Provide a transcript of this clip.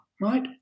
right